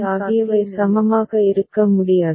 எனவே a மற்றும் b ஆகியவை சமமாக இருக்க முடியாது